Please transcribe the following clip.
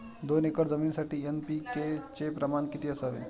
दोन एकर जमीनीसाठी एन.पी.के चे प्रमाण किती असावे?